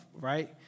right